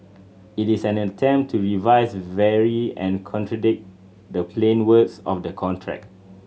it is an attempt to revise vary and contradict the plain words of the contract